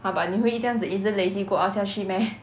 !huh! but 你会这样子一直 lazy go out 下去 meh